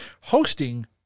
hosting